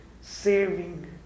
saving